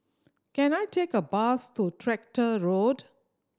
can I take a bus to Tractor Road